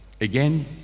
Again